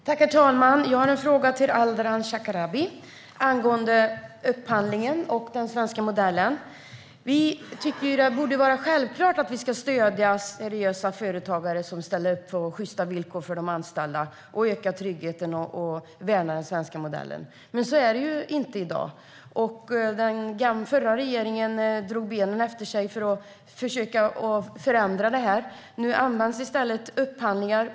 Herr talman! Jag har en fråga till statsrådet Ardalan Shekarabi angående upphandling och den svenska modellen. Vi tycker att det borde vara självklart att vi ska stödja seriösa företagare som ställer upp på sjysta villkor för de anställda och ökar tryggheten och värnar den svenska modellen. Men så är det inte i dag, och den förra regeringen drog benen efter sig när det gällde att försöka förändra detta. Nu används i stället upphandlingar.